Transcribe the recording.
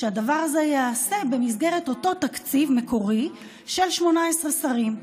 אז שהדבר הזה ייעשה במסגרת אותו תקציב מקורי של 18 שרים.